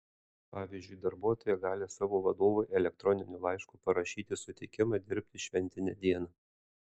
pavyzdžiui darbuotoja gali savo vadovui elektroniniu laišku parašyti sutikimą dirbti šventinę dieną